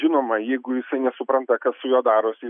žinoma jeigu jisai nesupranta kas su juo darosi